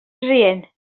rient